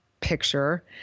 picture